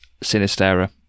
Sinistera